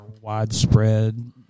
widespread